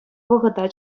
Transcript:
вӑхӑта